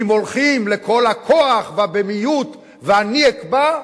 אם הולכים לכל הכוח והבהמיות ו"אני אקבע",